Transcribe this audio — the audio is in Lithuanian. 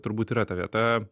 turbūt yra ta vieta